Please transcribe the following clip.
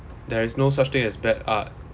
there is no such thing as bad art